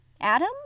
Adam